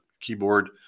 keyboard